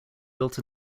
built